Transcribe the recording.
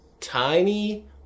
tiny